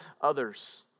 others